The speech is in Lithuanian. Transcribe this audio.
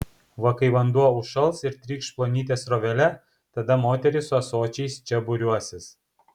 va kai vanduo užšals ir trykš plonyte srovele tada moterys su ąsočiais čia būriuosis